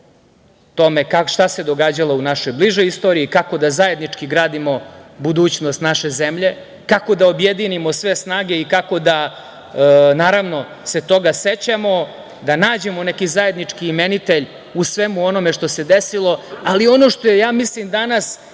šta se događalo u našoj bližoj istoriji, kako da zajednički gradimo budućnost naše zemlje, kako da objedinimo sve snage i kako da, naravno, se toga sećamo, da nađemo neki zajednički imenitelj u svemu onome što se desilo. Ali, ono što je, ja mislim, danas